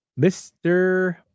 Mr